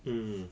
mm